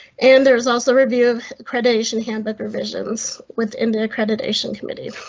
and there's also review of accreditation handbook revisions with india accreditation committee.